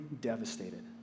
devastated